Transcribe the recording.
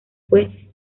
fue